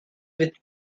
with